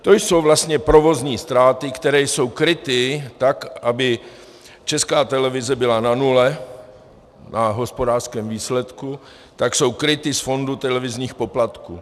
To jsou vlastně provozní ztráty, které jsou kryty tak, aby Česká televize byla na nule na hospodářském výsledku, a tak jsou kryty z fondu televizních poplatků.